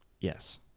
Yes